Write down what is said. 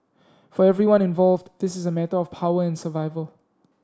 for everyone involved this is a matter of power and survival